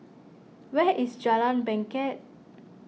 where is Jalan Bangket